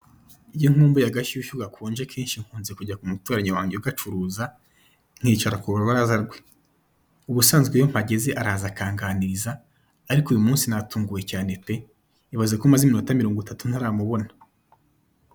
Iyo nkumbuye agashyushyu gakonje akenshi nkunze kujya ku muturanyi wanjye ugacuruza nkicara ku rubaraza rwe , ubusanzwe iyo mpageze araza akanganiriza ariko uyu munsi natunguwe cyane pe! ibaze ko maze iminota mirongo itatu ntaramubona?